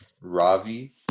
Ravi